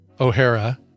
O'Hara